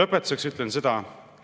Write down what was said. Lõpetuseks ütlen seda,